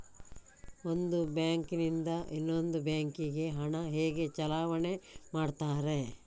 ಒಂದು ಬ್ಯಾಂಕ್ ನಿಂದ ಇನ್ನೊಂದು ಬ್ಯಾಂಕ್ ಗೆ ಹಣ ಹೇಗೆ ಚಲಾವಣೆ ಮಾಡುತ್ತಾರೆ?